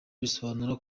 bisobanuye